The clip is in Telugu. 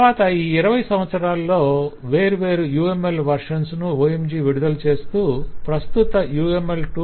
తరవాత ఈ 20 సంవత్సరాల్లో వేర్వేరు UML వెర్షన్స్ ను OMG విడుదల చేస్తూ ప్రస్తుత UML 2